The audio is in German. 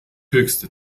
höchste